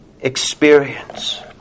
experience